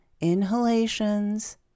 inhalations